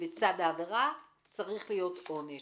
ובצד העבירה צריך להיות עונש.